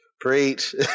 Preach